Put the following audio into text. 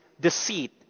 deceit